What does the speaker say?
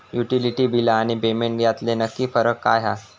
Utility बिला आणि payment यातलो नक्की फरक काय हा?